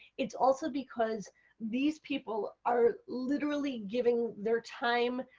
it is also because these people are literally giving their time,